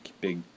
big